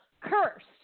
Cursed